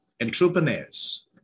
entrepreneurs